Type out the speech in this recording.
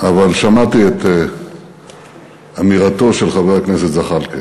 אבל שמעתי את אמירתו של חבר הכנסת זחאלקה.